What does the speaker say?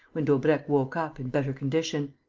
when daubrecq woke up, in better condition